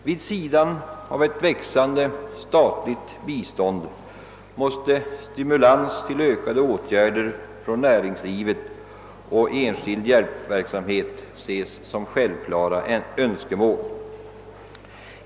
Vid sidan av ett växande stat ligt bistånd måste stimulans till ökade åtgärder från näringslivet och enskild hjälpverksamhet ses som «självklara önskemål.